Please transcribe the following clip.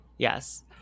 Yes